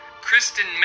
kristen